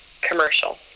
commercial